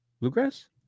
bluegrass